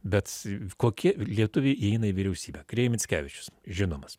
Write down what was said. bet kokie lietuviai įeina į vyriausybę krėvė mickevičius žinomas